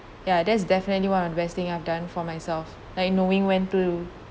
ya that's definitely one of the investing I've done for myself like knowing when to